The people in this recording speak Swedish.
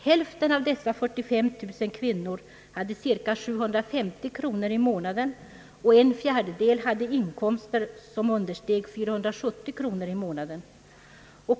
Hälften av dessa 45000 kvinnor hade cirka 750 kronor i månaden, och en fjärdedel hade inkomster som understeg 470 kronor i månaden.